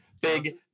big